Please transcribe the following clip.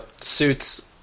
suits